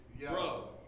Bro